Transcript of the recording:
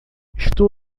estou